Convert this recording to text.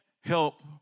help